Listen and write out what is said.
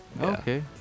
Okay